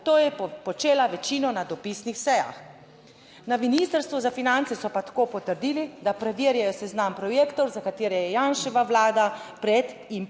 To je počela večino na dopisnih sejah. Na ministrstvu za finance so pa tako potrdili, da preverjajo seznam projektov, za katere je Janševa vlada pred in